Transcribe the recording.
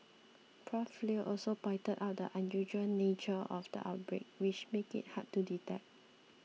Prof Leo also pointed out the unusual nature of the outbreak which made it hard to detect